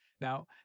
Now